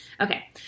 Okay